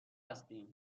هستین